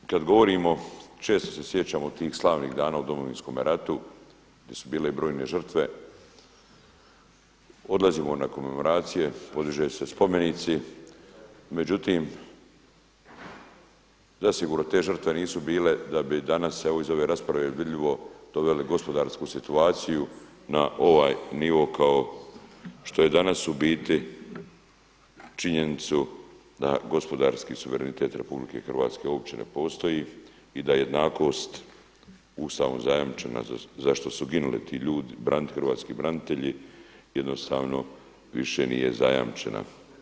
Pa kada govorimo često se sjećamo tih slavnih dana o Domovinskom ratu gdje su bile brojne žrtve odlazimo na komemoracije, podiže se spomenici, međutim zasigurno te žrtve nisu bile da bi danas evo iz ove je rasprave vidljivo doveli gospodarsku situaciju na ovaj nivo kao što je danas u biti, činjenicu da gospodarski suverenitet RH uopće ne postoji i da nejednakost Ustavom zajamčena za što su ginuli hrvatski branitelji jednostavno više nije zajamčena.